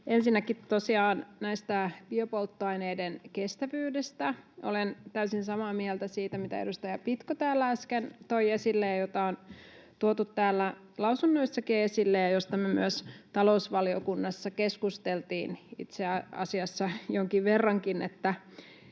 tosiaan biopolttoaineiden kestävyydestä: Olen täysin samaa mieltä siitä, mitä edustaja Pitko täällä äsken toi esille ja mitä on tuotu täällä lausunnoissakin esille ja mistä me myös talousvaliokunnassa keskusteltiin, itse asiassa jonkin verrankin,